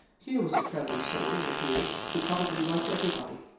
here was a friendly soul, it appeared, who probably liked everybody.